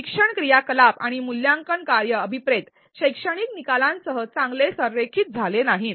शिक्षण क्रियाकलाप आणि मूल्यांकन कार्य अभिप्रेत शैक्षणिक निकालांसह चांगले संरेखित झाले नाहीत